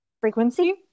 frequency